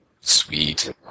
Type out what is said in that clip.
Sweet